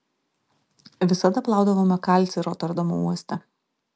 visada plaudavome kalcį roterdamo uoste